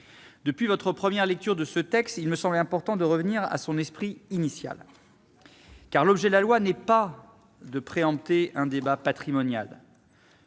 Depuis votre première lecture de ce texte, il me semblait important de revenir à son esprit initial. L'objet de la loi, en effet, n'est pas de préempter un débat patrimonial.